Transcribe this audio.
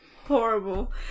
horrible